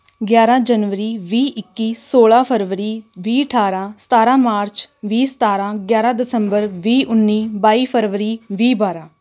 ਗਿਆਰਾਂ ਜਨਵਰੀ ਵੀਹ ਇੱਕੀ ਸੌਲਾਂ ਫਰਵਰੀ ਵੀਹ ਅਠਾਰਾਂ ਸਤਾਰਾਂ ਮਾਰਚ ਵੀਹ ਸਤਾਰਾਂ ਗਿਆਰਾਂ ਦਸੰਬਰ ਵੀਹ ਉੱਨੀ ਬਾਈ ਫਰਵਰੀ ਵੀਹ ਬਾਰਾਂ